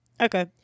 Okay